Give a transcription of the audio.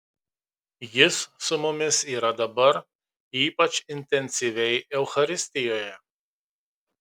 jis su mumis yra dabar ypač intensyviai eucharistijoje